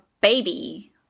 baby